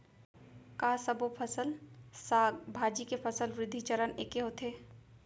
का सबो फसल, साग भाजी के फसल वृद्धि चरण ऐके होथे?